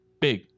Big